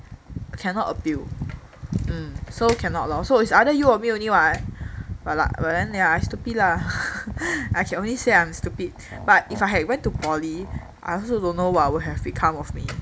cannot appeal so cannot lor so is either you or me only [what] but then ya I stupid lah I can only say I'm stupid but if I had went to poly I also don't know what will have become of me